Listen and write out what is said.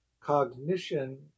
Cognition